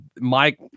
Mike